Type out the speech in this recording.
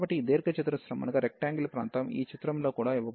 కాబట్టి ఈ దీర్ఘ చతురస్రం ప్రాంతం ఈ చిత్రంలో కూడా ఇవ్వబడింది